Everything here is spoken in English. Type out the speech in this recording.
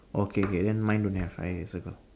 okay K then mine don't have I circle